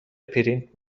پرینت